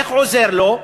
איך עוזר לו?